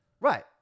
Right